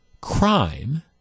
crime